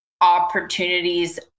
opportunities